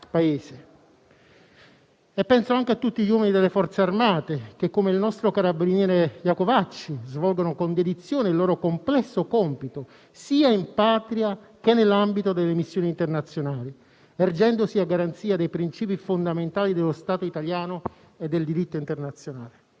Penso anche a tutti gli uomini delle Forze armate che, come il nostro carabiniere Iacovacci, svolgono con dedizione il loro complesso compito sia in patria che nell'ambito delle missioni internazionali, ergendosi a garanzia dei princìpi fondamentali dello Stato italiano e del diritto internazionale.